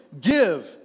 give